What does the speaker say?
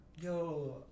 yo